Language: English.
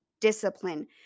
discipline